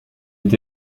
est